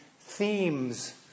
themes